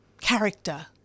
character